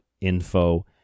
info